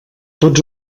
tots